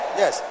yes